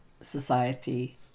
society